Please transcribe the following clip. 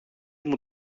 μου